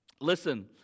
Listen